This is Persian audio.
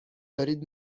دارید